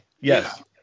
Yes